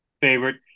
Favorite